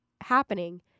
happening